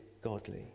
godly